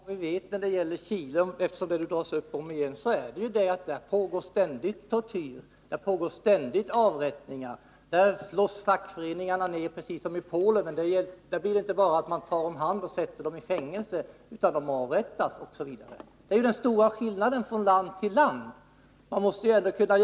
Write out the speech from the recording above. Socialstyrelsen planerar att slopa den speciella gynekologtjänst som har ansvar för mödrahälsovården, familjeplaneringen och föräldrautbildningen. Vissa hälsooch sjukvårdsfrågor för kvinnor är eftersatta, och om denna tjänst dras in kommer de att bevakas än mindre. Protesterna mot detta har varit starka.